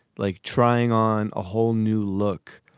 like trying on a whole new look.